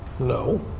No